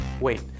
wait